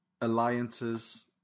alliances